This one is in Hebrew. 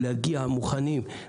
להגיע מוכנים.